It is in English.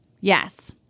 Yes